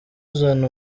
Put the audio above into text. uzana